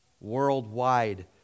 Worldwide